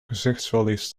gezichtsverlies